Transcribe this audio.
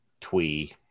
twee